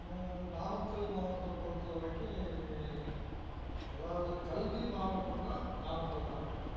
நாமக்கல் மாவட்டத்தை பொறுத்தவரைக்கும் அதாவது கல்வி மாவட்டம்ன்னா நாமக்கல் தான்